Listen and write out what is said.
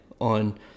on